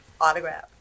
autograph